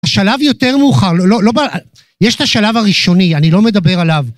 השלב יותר מאוחר, לא לא ב... יש את השלב הראשוני, אני לא מדבר עליו.